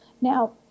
Now